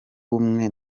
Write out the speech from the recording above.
bumwe